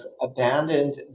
abandoned